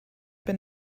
been